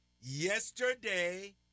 yesterday